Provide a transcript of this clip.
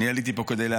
תודה, אדוני היושב-ראש.